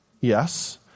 Yes